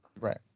Right